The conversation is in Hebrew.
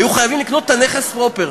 היו חייבים לקנות את הנכס פרופר.